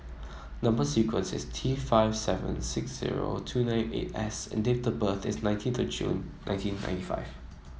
number sequence is T five seven six zero two nine eight S and date of birth is nineteenth June nineteen ninety five